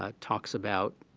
ah talks about